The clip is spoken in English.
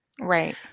Right